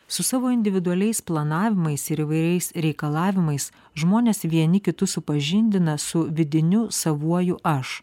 su savo individualiais planavimais ir įvairiais reikalavimais žmonės vieni kitus supažindina su vidiniu savuoju aš